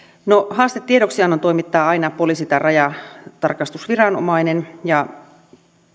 haastetiedoksiannon toimittaa aina poliisi tai rajatarkastusviranomainen ja